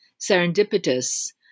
serendipitous